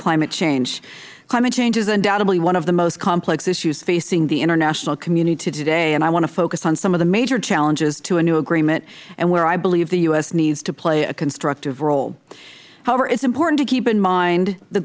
climate change climate change is undoubtedly one of the most complex issues facing the international community today and i want to focus on some of the major challenges to a new agreement and where i believe the u s needs to play a constructive role however it is important to keep in mind the